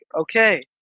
okay